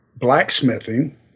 blacksmithing